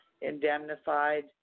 indemnified